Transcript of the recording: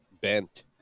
bent